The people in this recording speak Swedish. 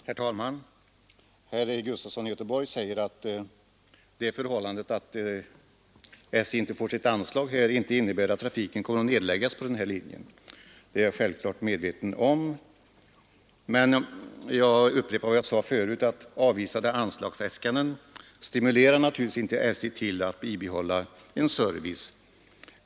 Herr talman! Herr Sven Gustafson i Göteborg säger att det förhållandet att SJ inte får sitt anslag inte innebär att trafiken kommer att nedläggas på linjen Övertorneå—Pajala. Det är jag självfallet medveten om, men jag upprepar att avvisade anslagsäskanden naturligtvis inte stimulerar SJ till att bibehålla en service.